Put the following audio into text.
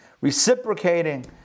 reciprocating